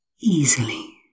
easily